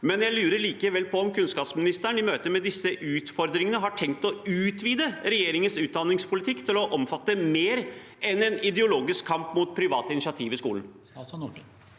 men jeg lurer likevel på om kunnskapsministeren i møte med disse utfordringene har tenkt å utvide regjeringens utdanningspolitikk til å omfatte mer enn en ideologisk kamp mot private initiativ i skolen. Statsråd Kari